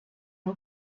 who